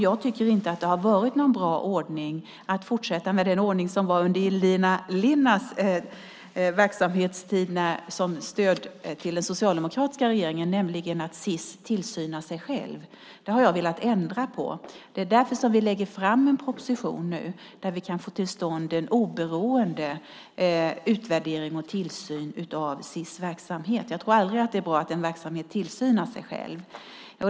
Jag tycker inte att det hade varit en bra ordning att fortsätta med den ordning som fanns under Elina Linnas verksamhetstid som stöd till den socialdemokratiska regeringen, nämligen att Sis utövar tillsyn över sig själv. Det har jag velat ändra på. Det är därför som vi nu lägger fram en proposition för att få till stånd en oberoende utvärdering och tillsyn av Sis verksamhet. Jag tror aldrig att det är bra att en verksamhet utövar tillsyn över sig själv.